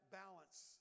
balance